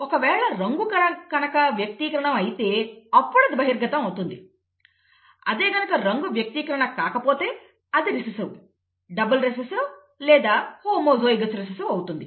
ఒకవేళ రంగు కనక వ్యక్తీకరణం అయితే అప్పుడు అది బహిర్గతం అవుతుంది అదే గనుక రంగు వ్యక్తీకరణ కాకపోతే అది రిసెసివ్ డబల్ రిసెసివ్ లేదా హోమోజైగోస్ రిసెసివ్ అవుతుంది